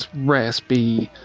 raspy,